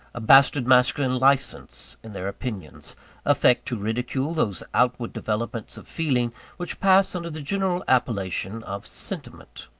a bastard-masculine licence in their opinions affect to ridicule those outward developments of feeling which pass under the general appellation of sentiment.